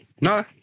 no